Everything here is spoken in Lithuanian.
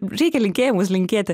reikia linkėjimus linkėti